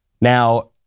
Now